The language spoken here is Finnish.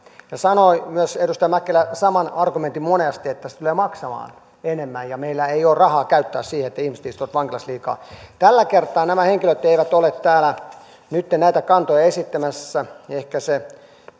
myös edustaja mäkelä sanoi monesti saman argumentin että se tulee maksamaan enemmän ja meillä ei ole rahaa käyttää siihen että ihmiset istuvat vankilassa liikaa tällä kertaa nämä henkilöt eivät ole täällä näitä kantoja esittämässä ehkä ne